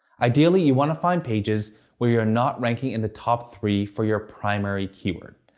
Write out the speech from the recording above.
ideally, you want to find pages where you're not ranking in the top three for your primary keyword.